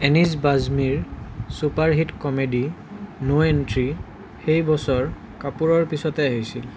anise বাজ্মীৰ super hit comedy no entry সেই বছৰ কাপুৰৰ পিছতে আহিছিল